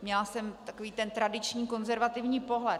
Měla jsem takový ten tradiční konzervativní pohled.